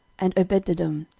and obededom,